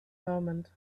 moment